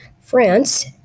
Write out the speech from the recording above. France